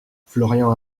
florian